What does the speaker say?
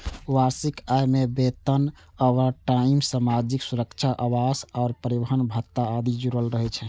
वार्षिक आय मे वेतन, ओवरटाइम, सामाजिक सुरक्षा, आवास आ परिवहन भत्ता आदि जुड़ल रहै छै